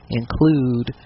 include